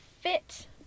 fit